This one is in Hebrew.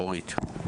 אורית.